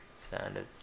standard